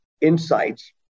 insights